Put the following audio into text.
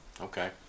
okay